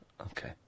Okay